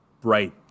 bright